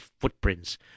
footprints